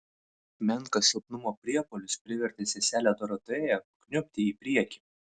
menkas silpnumo priepuolis privertė seselę dorotėją kniubti į priekį